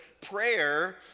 prayer